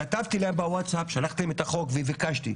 כתבתי להם בווטסאפ, שלחתם את החוק, וביקשתי.